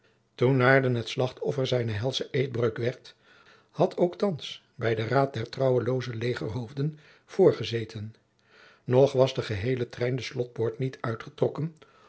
toen naarden het slachtoffer zijner helsche eedbreuk werd had ook thands bij den raad der trouwelooze legerhoofden voorgezeten nog was de geheele trein de slotpoort niet uitgetrokken